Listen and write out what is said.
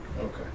Okay